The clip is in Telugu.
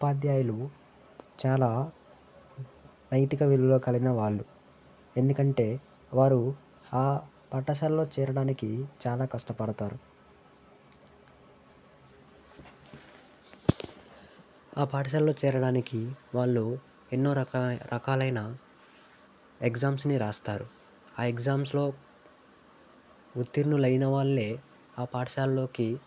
ఉపాధ్యాయులు చాలా నైతిక విలువ కలిగిన వాళ్ళు ఎందుకంటే వారు ఆ పాఠశాలలో చేరడానికి చాలా కష్టపడతారు ఆ పాఠశాలలో చేరడానికి వాళ్ళు ఎన్నో రకాల రకాలైన ఎగ్జామ్స్ని రాస్తారు ఆ ఎగ్జామ్స్లో ఉత్తీర్ణులైన వాళ్ళే ఆ పాఠశాలలోకి